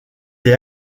est